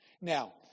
Now